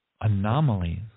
anomalies